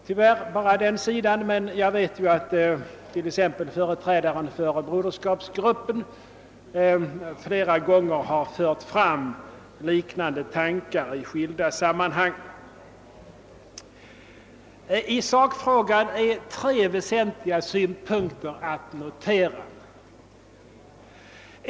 Tyvärr är det bara den sidan, men jag vet att t.ex. företrädaren för Broderskapsgruppen flera gånger fört fram liknande tankegångar i skilda sammanhang. I sakfrågan är tre väsentliga synpunkter att notera.